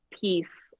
piece